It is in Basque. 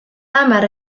hamar